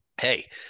hey